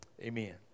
Amen